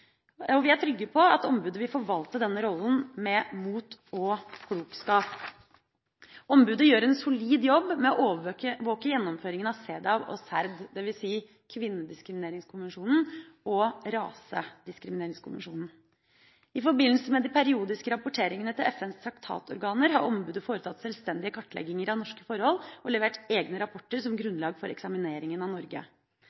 konvensjonen. Vi er trygge på at ombudet vil forvalte denne rollen med mot og klokskap. Ombudet gjør en solid jobb med å overvåke gjennomføringen av CEDAW og CERD, dvs. Kvinnediskrimineringskonvensjonen og Rasediskrimineringskonvensjonen. I forbindelse med de periodiske rapporteringene til FNs traktatorganer har ombudet foretatt sjølstendige kartlegginger av norske forhold og levert egne rapporter som